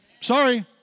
Sorry